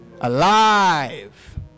alive